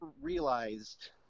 realized